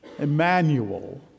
Emmanuel